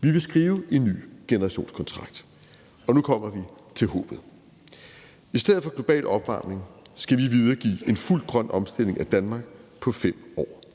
Vi vil skrive en ny generationskontrakt, og nu kommer vi til håbet. I stedet for global opvarmning skal vi videregive en fuld grøn omstilling af Danmark på 5 år.